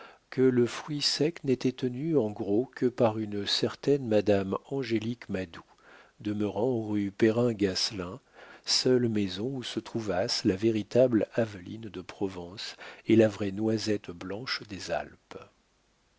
que le fruit sec n'était tenu en gros que par une certaine madame angélique madou demeurant rue perrin gasselin seule maison où se trouvassent la véritable aveline de provence et la vraie noisette blanche des alpes